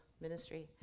ministry